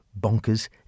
bonkers